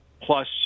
plus